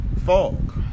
fog